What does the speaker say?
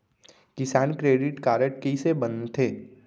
किसान credit card कइसे बनथे?